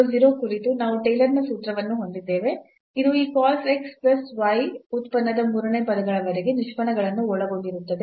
00 ಕುರಿತು ನಾವು ಟೇಲರ್ನ ಸೂತ್ರವನ್ನು ಹೊಂದಿದ್ದೇವೆ ಇದು ಈ cos x plus y ಉತ್ಪನ್ನದ ಮೂರನೇ ಪದಗಳವರೆಗೆ ನಿಷ್ಪನ್ನಗಳನ್ನು ಒಳಗೊಂಡಿರುತ್ತದೆ